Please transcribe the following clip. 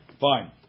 fine